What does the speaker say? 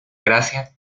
gracia